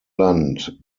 land